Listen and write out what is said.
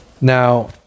Now